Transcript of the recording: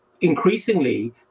increasingly